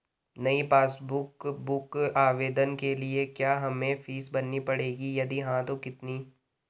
नयी passbook book आवेदन के लिए क्या हमें फीस भरनी पड़ेगी यदि हाँ तो कितनी?